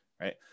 right